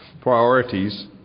priorities